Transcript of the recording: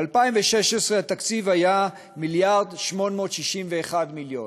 ב-2016 התקציב היה 1.861 מיליארד,